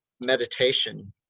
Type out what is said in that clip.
meditation